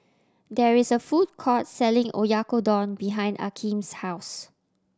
there is a food court selling Oyakodon behind Akeem's house